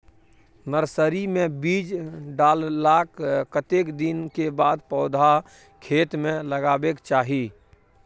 Nursery मे बीज डाललाक कतेक दिन के बाद पौधा खेत मे लगाबैक चाही?